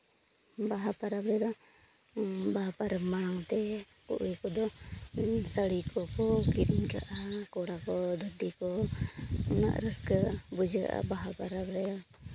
ᱵᱟᱦᱟ ᱯᱚᱨᱚᱵᱽ ᱨᱮᱫᱚ ᱵᱟᱦᱟ ᱯᱚᱨᱚᱵᱽ ᱢᱟᱲᱟᱝ ᱛᱮ ᱩᱱᱠᱩ ᱤᱭᱟᱹ ᱠᱚᱫᱚ ᱥᱟᱹᱲᱤ ᱠᱚᱠᱚ ᱠᱤᱨᱤᱧ ᱠᱟᱜᱼᱟ ᱠᱚᱲᱟ ᱠᱚ ᱫᱷᱩᱛᱤ ᱠᱚ ᱩᱱᱟᱹᱜ ᱨᱟᱹᱥᱠᱟᱹ ᱵᱩᱡᱷᱟᱹᱜᱼᱟ ᱵᱟᱦᱟ ᱯᱚᱨᱚᱵᱽ ᱨᱮ